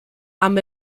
amb